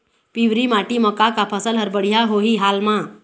पिवरी माटी म का का फसल हर बढ़िया होही हाल मा?